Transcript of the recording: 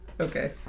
Okay